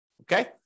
Okay